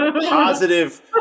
positive